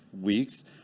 weeks